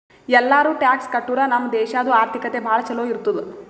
ಎಲ್ಲಾರೂ ಟ್ಯಾಕ್ಸ್ ಕಟ್ಟುರ್ ನಮ್ ದೇಶಾದು ಆರ್ಥಿಕತೆ ಭಾಳ ಛಲೋ ಇರ್ತುದ್